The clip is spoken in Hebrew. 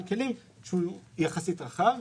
מגוון כלים שהוא יחסית רחב.